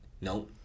No